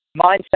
mindset